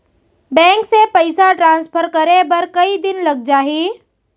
Bank से पइसा transfer करे बर कई दिन लग जाही?